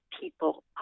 people